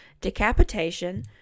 decapitation